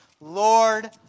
Lord